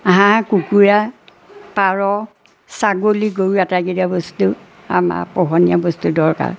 হাঁহ কুকুৰা পাৰ ছাগলী গৰু এটাইকেইটা বস্তু আমাৰ পোহনীয়া বস্তু দৰকাৰ